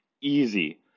easy